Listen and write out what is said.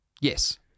Yes